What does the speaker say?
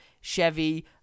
Chevy